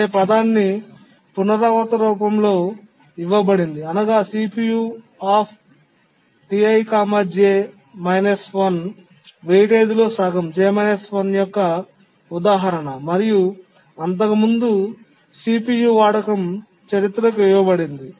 అనే పదాన్ని పునరావృత రూపంలో ఇవ్వబడింది అనగా వెయిటేజీలో సగం యొక్క ఉదాహరణ మరియు అంతకు ముందు CPU వాడకం చరిత్రకు ఇవ్వబడింది